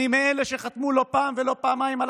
אני מאלה שחתמו לא פעם ולא פעמיים על